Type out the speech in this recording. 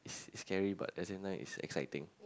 is scary but as in like is exciting